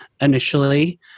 initially